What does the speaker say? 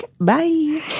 Bye